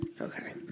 Okay